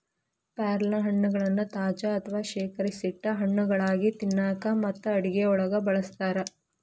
ಪ್ಯಾರಲಹಣ್ಣಗಳನ್ನ ತಾಜಾ ಅಥವಾ ಶೇಖರಿಸಿಟ್ಟ ಹಣ್ಣುಗಳಾಗಿ ತಿನ್ನಾಕ ಮತ್ತು ಅಡುಗೆಯೊಳಗ ಬಳಸ್ತಾರ